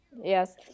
Yes